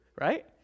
right